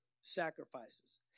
sacrifices